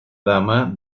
dama